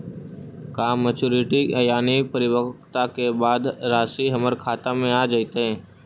का मैच्यूरिटी यानी परिपक्वता के बाद रासि हमर खाता में आ जइतई?